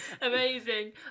amazing